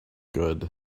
good